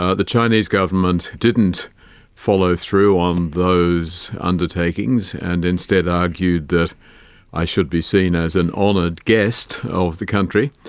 ah the chinese government didn't follow through on those undertakings and instead argued that i should be seen as an honoured ah guest of the country,